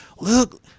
look